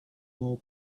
more